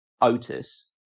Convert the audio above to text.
Otis